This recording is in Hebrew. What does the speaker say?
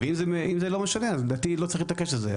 אם זה לא משנה אז לדעתי לא צריך להתעקש על זה,